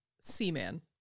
seaman